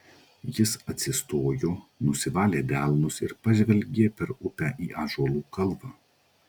jis atsistojo nusivalė delnus ir pažvelgė per upę į ąžuolų kalvą